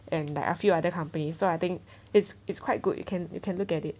and like a few other company so I think it's it's quite good you can you can look at it